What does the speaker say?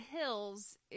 Hills